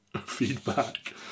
feedback